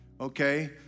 Okay